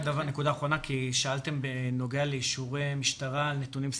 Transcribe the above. שאלתם בנוגע לאישורי משטרה ולנתונים סטטיסטיים.